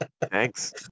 thanks